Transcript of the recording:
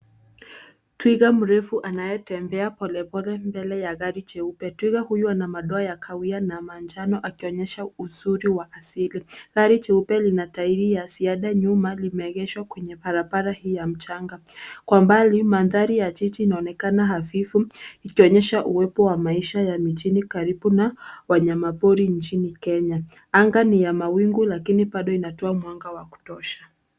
Twiga mrefu anaonekana akitembea polepole mbele ya gari jeupe. Twiga huyo ana madoa ya kahawia. Gari jeupe lenye tairi la ziada nyuma limeegeshwa kwenye palipali ya mchanga. Kwa mbali, mandhari ya miti yanaonekana hafifu, yakionyesha uwepo wa maisha ya nchi kavu karibu na wanyamapori nchini Kenya. Anga limefunikwa na mawingu, lakini bado kuna mwanga wa kutosha.